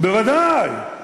בוודאי,